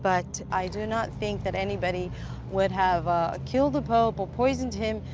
but i do not think that anybody would have ah killed the pope or poisoned him.